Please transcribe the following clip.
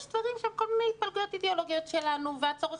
דברים שהם כל מיני --- אידיאולוגיות שלנו והצורך